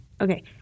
Okay